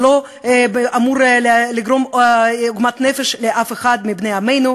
שלא אמור לגרום עוגמת נפש לאף אחד מבני עמנו.